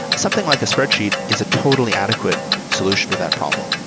something like a spreadsheet is a totally adequate solution to that problem,